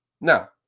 Now